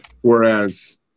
Whereas